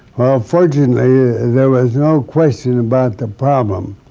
fortunately, there was no question about the problem.